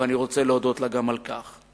ואני רוצה להודות גם לה על כך.